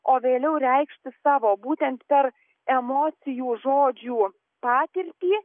o vėliau reikšti savo būtent per emocijų žodžių patirtį